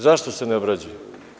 Zašto se ne obrađuje?